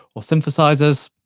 or synthesisers.